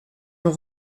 mon